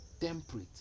temperate